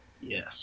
Yes